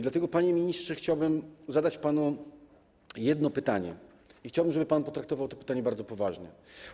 Dlatego, panie ministrze, chciałbym zadać panu jedno pytanie i chciałbym, żeby pan potraktował to pytanie bardzo poważnie.